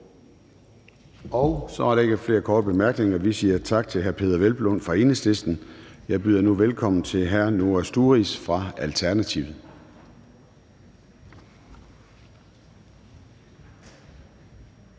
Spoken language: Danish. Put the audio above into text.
Så er der ikke flere korte bemærkninger. Vi siger tak til hr. Peder Hvelplund fra Enhedslisten. Jeg byder nu velkommen til hr. Noah Sturis fra Alternativet.